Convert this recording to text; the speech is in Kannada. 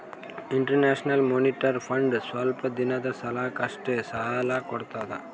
ಇಂಟರ್ನ್ಯಾಷನಲ್ ಮೋನಿಟರಿ ಫಂಡ್ ಸ್ವಲ್ಪ್ ದಿನದ್ ಸಲಾಕ್ ಅಷ್ಟೇ ಸಾಲಾ ಕೊಡ್ತದ್